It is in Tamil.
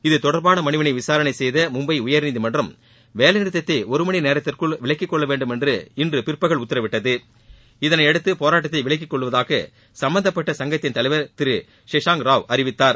இத்தொடர்பான மனுவினை விசாரணை செய்த மும்பை உயர்நீதிமன்றம் வேலைநிறுத்தத்தை ஒருமணி நேரத்திற்குள் விலக்கிக்கொள்ளவேண்டும் என்று இன்று பிற்பகல் உத்தரவிட்டது இதனையடுத்து போராட்டத்தை விலக்கிக்கொள்வதாக சும்பந்தப்பட்ட சங்கத்தின் தலைவர் திரு ஷெசாங் ராவ் அறிவித்தார்